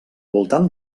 voltant